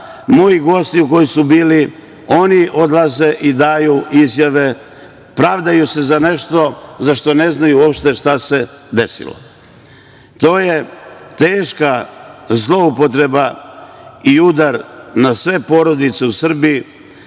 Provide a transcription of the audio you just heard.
mojih gostiju koji su bili, oni odlaze i daju izjave, pravdaju se za nešto za šta ne znaju uopšte šta se desilo. To je teška zloupotreba i udar na sve porodice u Srbiji